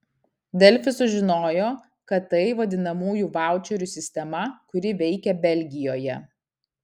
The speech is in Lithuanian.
delfi sužinojo kad tai vadinamųjų vaučerių sistema kuri veikia belgijoje